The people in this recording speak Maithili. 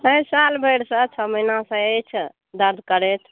छै साल भरिसँ छओ महीनासँ अछि दर्द करैत